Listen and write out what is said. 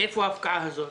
איפה ההפקעה הזאת,